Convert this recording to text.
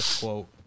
quote